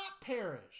perish